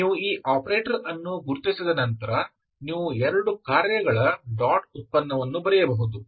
ನೀವು ಈ ಆಪರೇಟರ್ ಅನ್ನು ಗುರುತಿಸಿದ ನಂತರ ನೀವು 2 ಕಾರ್ಯಗಳ ಡಾಟ್ ಉತ್ಪನ್ನವನ್ನು ಬರೆಯಬಹುದು